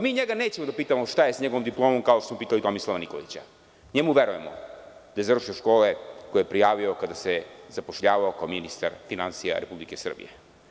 Mi njega nećemo da pitamo šta je sa njegovom diplomom kao što smo pitali Tomislava Nikolića, jer njemu verujemo da je završio škole koje je prijavio kada se zapošljavao kao ministar finansija Republike Srbije.